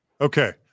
Okay